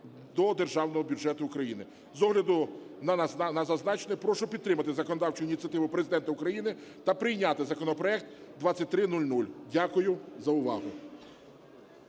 до державного бюджету України. З огляду на зазначене прошу підтримати законодавчу ініціативу Президента України та прийняти законопроект 2300. Дякую за увагу.